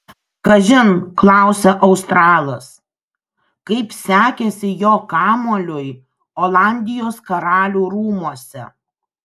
kažin klausia australas kaip sekėsi jo kamuoliui olandijos karalių rūmuose